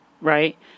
right